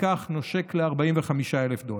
נושק ל-45,000 דולר.